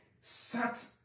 sat